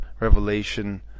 Revelation